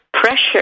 pressure